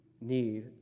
need